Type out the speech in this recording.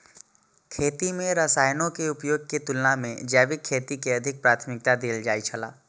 खेती में रसायनों के उपयोग के तुलना में जैविक खेती के अधिक प्राथमिकता देल जाय छला